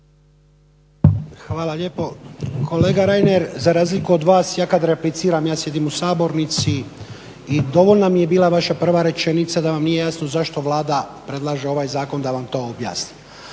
Hvala lijepo. Kolega Reiner za razliku od vas ja kad repliciram ja sjedim u sabornici i dovoljna mi je bila vaša prva rečenica da vam nije jasno zašto Vlada predlaže ovaj zakon, da vam to objasni,